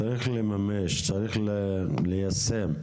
צריך לממש וצריך ליישם.